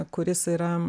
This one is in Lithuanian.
kuris yra